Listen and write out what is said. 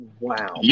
Wow